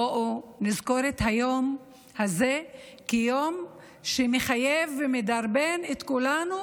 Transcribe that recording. בואו נזכור את היום הזה כיום שמחייב ומדרבן את כולנו